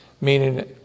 meaning